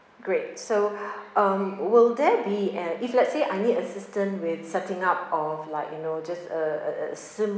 great so um will there be uh if let's say I need assistance with setting up of like you know just a a a simple